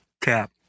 Cap